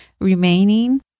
remaining